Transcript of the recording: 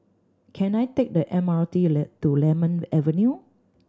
can I take the M R T to Lemon Avenue